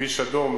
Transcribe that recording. כביש אדום,